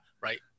right